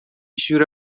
شوره